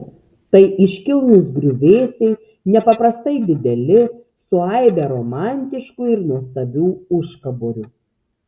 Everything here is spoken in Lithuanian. tai iškilnūs griuvėsiai nepaprastai dideli su aibe romantiškų ir nuostabių užkaborių